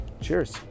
Cheers